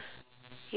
yes